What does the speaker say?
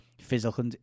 physical